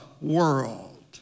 world